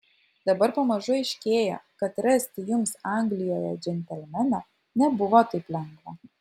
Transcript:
dabar pamažu aiškėja kad rasti jums anglijoje džentelmeną nebuvo taip lengva